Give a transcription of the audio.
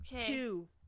two